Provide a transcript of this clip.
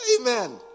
Amen